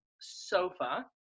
sofa